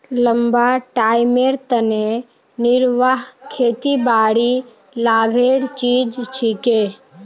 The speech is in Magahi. लंबा टाइमेर तने निर्वाह खेतीबाड़ी लाभेर चीज छिके